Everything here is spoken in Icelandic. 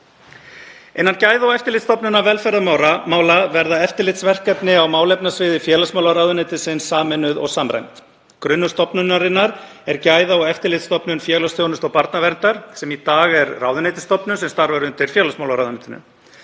Innan Gæða- og eftirlitsstofnunar velferðarmála verða eftirlitsverkefni á málefnasviði félagsmálaráðuneytisins sameinuð og samræmd. Grunnur stofnunarinnar er Gæða- og eftirlitsstofnun félagsþjónustu og barnaverndar sem í dag er ráðuneytisstofnun sem starfar undir félagsmálaráðuneytinu.